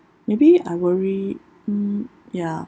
maybe I worry mm ya